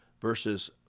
verses